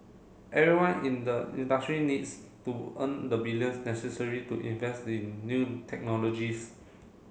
everyone in the industry needs to earn the billions necessary to invest in new technologies